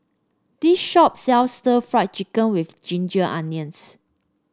this shop sells stir Fry Chicken with Ginger Onions